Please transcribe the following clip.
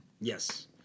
Yes